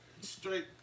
Straight